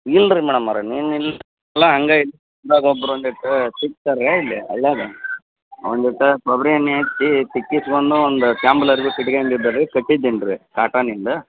ಇಲ್ಲ ರೀ ಮೇಡಮ್ಮವ್ರೇ ನಿನ್ನೆ ಇಲ್ಲಿ ಒಬ್ರು ಒಂದಿಷ್ಟು ಸಿಕ್ತಾರೆ ಇಲ್ಲಿ ಹಳ್ಳಿಯಾಗ ಒಂದಿಷ್ಟು ಕೊಬ್ಬರಿ ಎಣ್ಣೆ ಹಾಕಿ ತಿಕ್ಕಿಸ್ಕೊಂಡು ಒಂದು ಅವ್ರಿ ಕಟ್ಕೊಂಡ್ ಇದ್ದೆ ರೀ ಕಟ್ಟಿದ್ದೀನಿ ರೀ ಕಾಟನ್ನಿಂದ